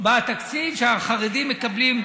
בתקציב שהחרדים מקבלים,